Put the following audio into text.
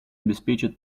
обеспечит